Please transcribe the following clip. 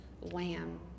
lamb